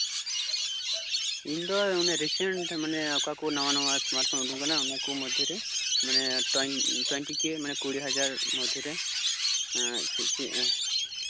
ᱤᱧ ᱫᱚ ᱨᱤᱥᱮᱱᱴ ᱚᱠᱟ ᱠᱚ ᱢᱟᱱᱮ ᱚᱠᱟ ᱠᱚ ᱱᱟᱣᱟᱼᱱᱟᱣᱟ ᱮᱥᱢᱟᱴ ᱨᱯᱷᱳᱱ ᱯᱷᱳᱱ ᱩᱰᱩᱠ ᱠᱟᱱᱟ ᱚᱱᱟ ᱠᱚ ᱢᱚᱫᱽᱫᱷᱮ ᱨᱮ ᱴᱳᱭᱮᱱᱴᱤ ᱠᱮ ᱢᱟᱱᱮ ᱠᱩᱲᱤ ᱦᱟᱡᱟᱨ ᱢᱚᱫᱽᱫᱷᱮ ᱨᱮ ᱮᱸᱜ ᱪᱮᱫᱼᱪᱮᱫ